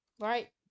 Right